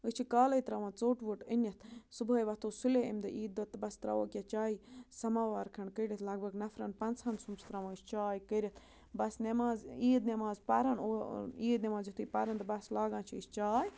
أسۍ چھِ کالَے ترٛاوان ژوٚٹ ووٚٹ أنِتھ صُبحٲے وۄتھو سُلے اَمہِ دۄہ عیٖد دۄہ تہٕ بَس ترٛاوو کیٛاہ چایہِ سَمَاوار کھَنٛڈ کٔڑِتھ لَگ بگ نَفرَن پَنٛژہَن سُم چھِ ترٛاوان أسۍ چاے کٔرِتھ بَس نٮ۪ماز عیٖد نٮ۪ماز پَرَن عیٖد نٮ۪ماز یُتھُے پَرَن تہٕ بَس لاگان چھِ أسۍ چاے